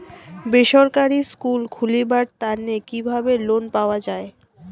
বেসরকারি স্কুল খুলিবার তানে কিভাবে লোন পাওয়া যায়?